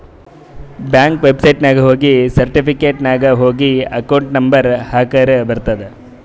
bank ವೆಬ್ಸೈಟ್ನಾಗ ಹೋಗಿ certificate ನಾಗ್ ಹೋಗಿ ಅಕೌಂಟ್ ನಂಬರ್ ಹಾಕುರ ಬರ್ತುದ್